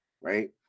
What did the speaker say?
right